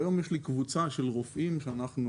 היום יש לי קבוצה של רופאים וטרינריים